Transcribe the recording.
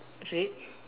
it's red